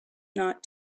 not